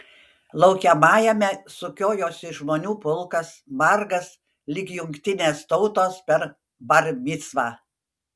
laukiamajame sukiojosi žmonių pulkas margas lyg jungtinės tautos per bar micvą